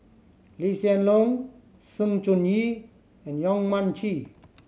Lee Hsien Loong Sng Choon Yee and Yong Mun Chee